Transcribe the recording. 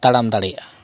ᱛᱟᱲᱟᱢ ᱫᱟᱲᱮᱭᱟᱜᱼᱟ